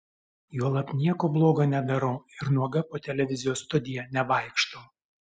juolab nieko blogo nedarau ir nuoga po televizijos studiją nevaikštau